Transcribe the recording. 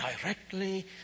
directly